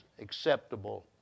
acceptable